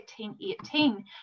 18.18